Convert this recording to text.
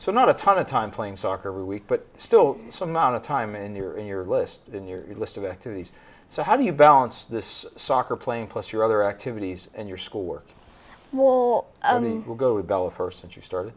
so not a ton of time playing soccer week but still some amount of time in your in your list in your list of activities so how do you balance this soccer playing plus your other activities and your schoolwork or i mean we'll go with bella first since you started